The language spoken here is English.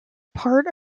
part